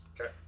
okay